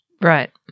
Right